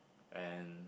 and